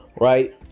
right